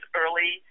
early